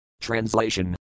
Translation